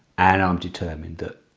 and i'm determined that,